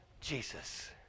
Jesus